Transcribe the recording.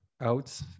out